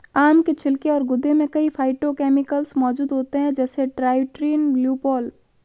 आम के छिलके और गूदे में कई फाइटोकेमिकल्स मौजूद होते हैं, जैसे ट्राइटरपीन, ल्यूपोल